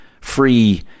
free